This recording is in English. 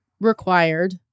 required